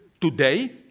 today